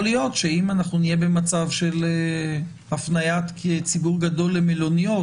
יכול להיות שאם אנחנו נהיה במצב של הפניית ציבור גדול למלוניות,